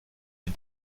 est